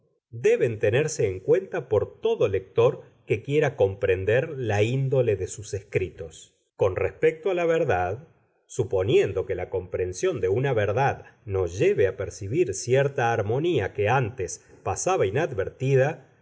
deben tenerse en cuenta por todo lector que quiera comprender la índole de sus escritos con respecto a la verdad suponiendo que la comprensión de una verdad nos lleve a percibir cierta armonía que antes pasaba